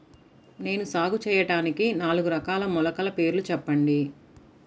నేను సాగు చేయటానికి నాలుగు రకాల మొలకల పేర్లు చెప్పండి?